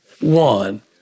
One